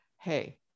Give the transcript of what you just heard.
hey